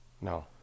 No